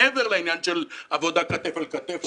מעבר לעניין של עבודה כתף אל כתף,